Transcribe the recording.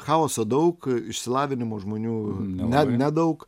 chaoso daug išsilavinimo žmonių ne nedaug